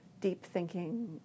deep-thinking